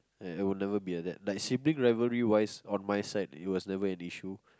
ya I would never be like that like sibling rivalry wise on my side it was never an issue